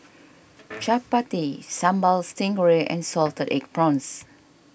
Chappati Sambal Stingray and Salted Egg Prawns